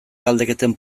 galdeketen